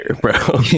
bro